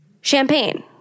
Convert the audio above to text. Champagne